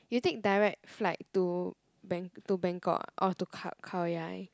you take direct flight to Bang~ to Bangkok ah or to Khao~ Khao-Yai